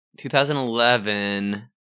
2011